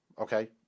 Okay